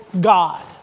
God